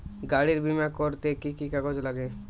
গাড়ীর বিমা করতে কি কি কাগজ লাগে?